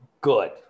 good